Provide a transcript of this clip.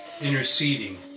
interceding